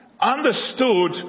understood